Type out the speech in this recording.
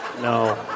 No